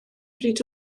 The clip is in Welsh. bryd